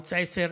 בערוץ 10,